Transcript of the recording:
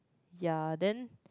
ya then